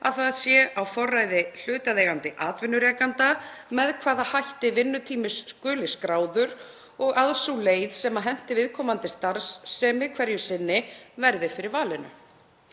að það sé á forræði hlutaðeigandi atvinnurekanda með hvaða hætti vinnutími skuli skráður og að sú leið sem henti viðkomandi starfsemi hverju sinni verði fyrir valinu.